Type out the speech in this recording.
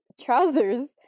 trousers